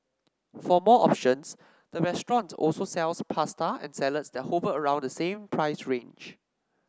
for more options the restaurant also sells pasta and salads that hover around the same price range